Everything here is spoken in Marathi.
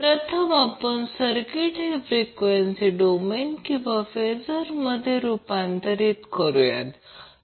प्रथम आपण सर्किट हे फ्रीक्वेसी डोमेन किंवा फेजर मध्ये रुपांतर करूया